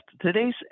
Today's